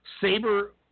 Sabre